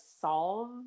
solve